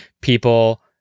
people